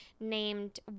named